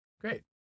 Great